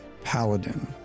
Paladin